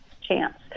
chance